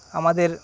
আমাদের